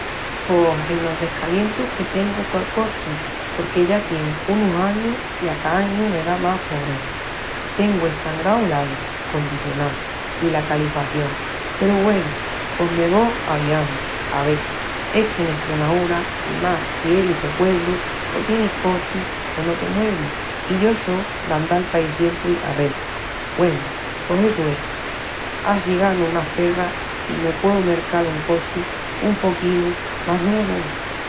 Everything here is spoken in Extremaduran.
Pos enos descalientus que tengu col cochi porque ya tien unus añus i a ca añu me da más pobremas. Tengu eschangau l'airi condicionau i la califación peru, güenu, pos me vó aviandu. Ave, es que en Estremaúra, i más si eris de puebru, o tienis cochi o no te muevis i yo só d'andal paí siempri a relva. Güenu, pos essu es. Á si ganu más perras i me pueu mercal un cochi un poquinu más nuevu.